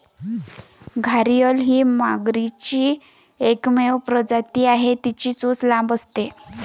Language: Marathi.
घारीअल ही मगरीची एकमेव प्रजाती आहे, तिची चोच लांब असते